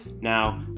now